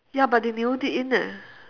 ya but they nailed it in eh